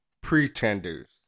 pretenders